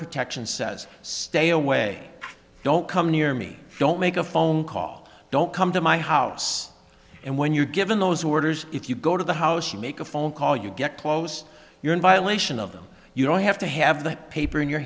protection says stay away don't come near me don't make a phone call don't come to my house and when you're given those workers if you go to the house and make a phone call you get close you're in violation of them you don't have to have that paper in your